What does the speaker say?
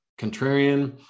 contrarian